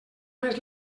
més